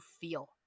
feel